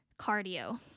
cardio